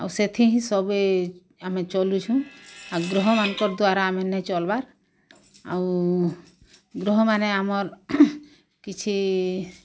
ଆଉ ସେଥି ହିଁ ସଭିଏ ଆମେ ଚଲୁଛୁ ଆଉ ଗ୍ରହ ମାନଙ୍କର୍ ଦ୍ଵାରା ଆମେ ନାଇଁ ଚଲବାର୍ ଆଉ ଗ୍ରହ ମାନେ ଆମର୍ କିଛି